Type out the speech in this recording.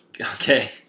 Okay